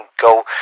go